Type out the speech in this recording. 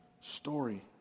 story